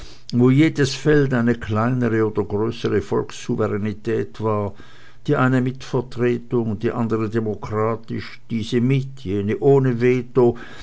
wo jedes feld eine kleinere oder größere volkssouveränetät war die eine mit vertretung die andere demokratisch diese mit jene ohne veto